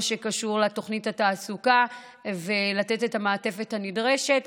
שקשור לתוכנית התעסוקה ולתת את המעטפת הנדרשת.